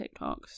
tiktoks